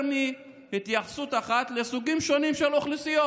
יותר מהתייחסות אחת לסוגים שונים של אוכלוסיות.